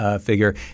Figure